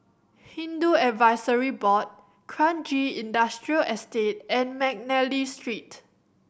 Hindu Advisory Board Kranji Industrial Estate and McNally Street